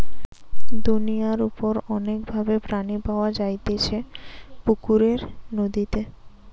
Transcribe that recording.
দুনিয়ার উপর অনেক ভাবে পানি পাওয়া যাইতেছে পুকুরে, নদীতে